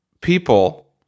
people